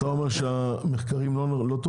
את האומר שהמחקרים לא טובים?